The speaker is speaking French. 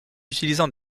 utilisant